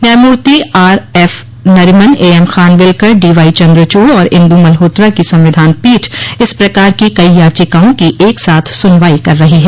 न्यायमूर्ति R F Nariman A M Khanwilkar D Y Chandrachud और इन्दू मल्होत्रा की संविधान पीठ इस प्रकार की कई याचिकाओं की एक साथ सुनवाई कर रही है